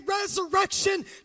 resurrection